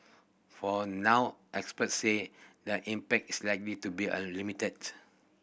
for now experts say that impact is likely to be a limited